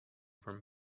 from